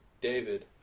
David